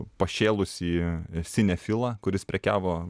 pašėlusį sinefilą kuris prekiavo